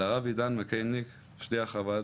לרב עידן מקאניק, שליח חב"ד,